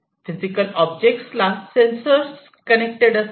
physical object ला sensors connected असतात